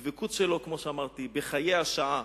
הדבקות שלו, כמו שאמרתי, היא בחיי השעה: